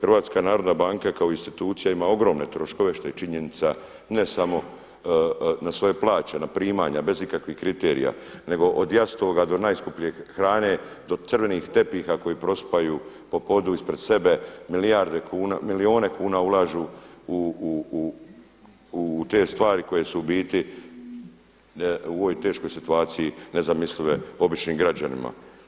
HNB kao institucija ima ogromne troškove što je činjenica ne samo na svoje plaće, na primanja bez ikakvih kriterija, nego od jastoga do najskuplje hrane do crvenih tepiha kojih prosipaju po podu ispred sebe, milijune kuna ulažu u te stvari koje su u biti u ovoj teškoj situaciji nezamislive običnim građanima.